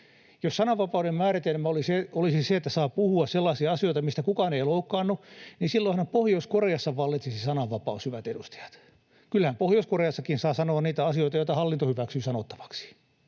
Jos sananvapauden määritelmä olisi se, että saa puhua sellaisia asioita, mistä kukaan ei loukkaannu, niin silloinhan Pohjois-Koreassa vallitsisi sananva-paus, hyvät edustajat. Kyllähän Pohjois-Koreassakin saa sanoa niitä asioita, joita hallinto hyväksyy sanottavaksi